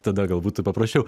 tada gal būtų paprasčiau